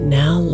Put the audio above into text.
now